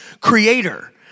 creator